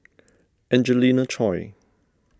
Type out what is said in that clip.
Angelina Choy